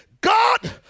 God